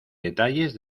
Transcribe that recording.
detalles